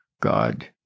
God